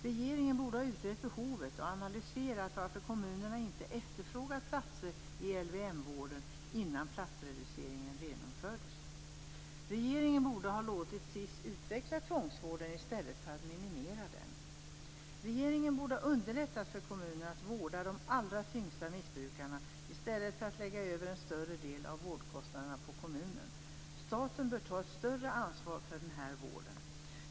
Regeringen borde ha utrett behovet och analyserat varför kommunerna inte efterfrågat platser i LVM Regeringen borde ha låtit SIS utveckla tvångsvården i stället för att minimera den. Regeringen borde ha underlättat för kommunerna att vårda de allra tyngsta missbrukarna i stället för att lägga över en större del av vårdkostnaderna på kommunerna. Staten bör ta ett större ansvar för den här vården.